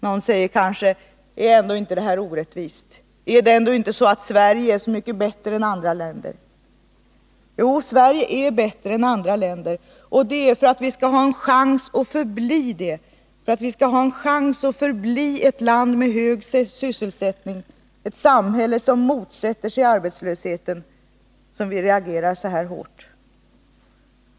Någon säger kanske: Är inte det här orättvist? Ärinte Sverige ändå mycket bättre än andra länder? Jo, Sverige är bättre än andra länder. Och det är för att vi skall ha en chans att kunna förbli ett land med hög sysselsättning, ett samhälle som motsätter sig arbetslösheten, som vi reagerar så här hårt.